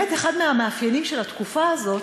אחד מהמאפיינים של התקופה הזאת,